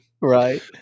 Right